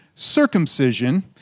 circumcision